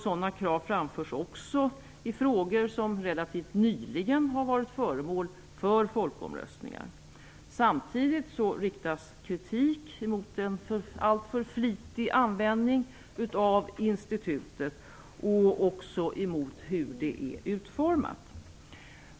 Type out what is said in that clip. Sådana krav framförs också i frågor som relativt nyligen har varit föremål för folkomröstningar. Samtidigt riktas kritik mot en alltför flitig användning av institutet och mot hur det är utformat.